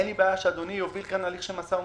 אין לי בעיה שאדוני יוביל פה תהליך של משא ומתן.